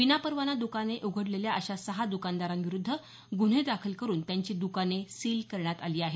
विनापरवाना द्काने उघडलेल्या अशा सहा द्कानदारांविरुद्ध गुन्हे दाखल करून त्यांची दुकाने सील करण्यात आली आहेत